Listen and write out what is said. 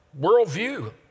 worldview